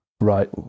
right